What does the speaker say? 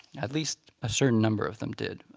at least, a certain number of them did.